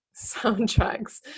soundtracks